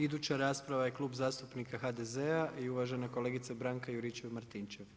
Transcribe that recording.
Iduća rasprava je Klub zastupnika HDZ-a i uvažena kolegica Branka Juričev-Martinčev.